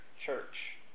church